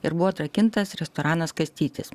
ir buvo atrakintas restoranas kąstytis